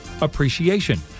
Appreciation